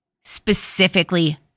specifically